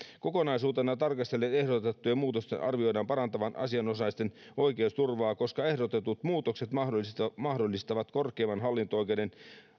kokonaisuutena tarkastellen ehdotettujen muutosten arvioidaan parantavan asianosaisten oikeusturvaa koska ehdotetut muutokset mahdollistavat mahdollistavat korkeimman hallinto oikeuden